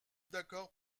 d’accord